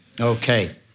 Okay